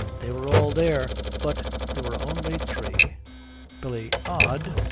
they were all there but there were only three billy. odd.